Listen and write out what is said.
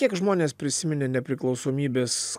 kiek žmonės prisiminė nepriklausomybės